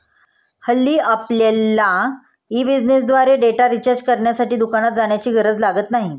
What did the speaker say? हल्ली आपल्यला ई बिझनेसद्वारे डेटा रिचार्ज करण्यासाठी दुकानात जाण्याची गरज लागत नाही